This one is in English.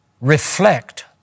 reflect